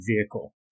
vehicle